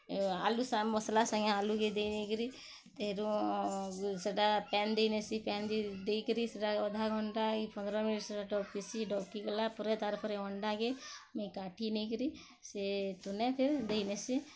ଆଲୁ ସାଙ୍ଗେ ମସଲା ସାଙ୍ଗେ ଆଲୁକେ ଦେଇକରି ତେହେଁରୁ ସେଟା ପାଏନ୍ ଦେଇନେସି ପାଏନ୍ ଦେଇକିରି ସେଟା ଅଧାଘଣ୍ଟା ପନ୍ଦ୍ର ମିନିଟ୍ ଡବ୍କିସି ଡବ୍କି ଗଲା ପରେ ତାର୍ ପରେ ଅଣ୍ଡାକେ ମୁଇଁ କାଟି ନେଇକରି ସେ ତୁନେ ଫେର୍ ଦେଇନେସି